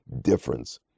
difference